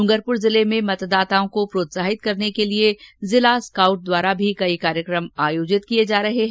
डूंगरपुर जिले में मतदाताओं को प्रोत्साहित करने के लिए जिला स्काउट द्वारा भी कई कार्यकम आयोजित किए जा रहे हैं